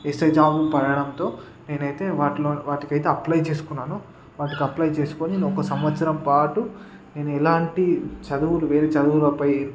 SI జాబులు పడడంతో నేనయితే వాటిలో వాటికైతే అప్లై చేసుకున్నాను వాటికి అప్లై చేసుకుని ఒక సంవత్సరం పాటు నేనెలాంటి చదువులు వేరే చదువులపై